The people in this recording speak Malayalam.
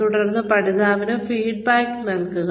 തുടർന്ന് പഠിതാവിന് ഫീഡ്ബാക്ക് നൽകുക